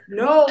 no